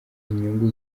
inyungu